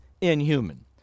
inhuman